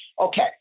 Okay